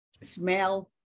smell